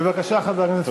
עשר דקות עומדות לרשותך.